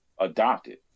adopted